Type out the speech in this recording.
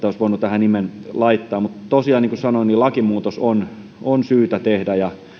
olisi voinut tähän nimen laittaa mutta tosiaan niin kuin sanoin lakimuutos on on syytä tehdä ja